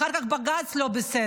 אחר כך בג"ץ לא בסדר.